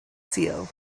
sul